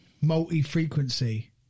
multi-frequency